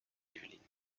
yvelines